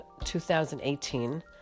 2018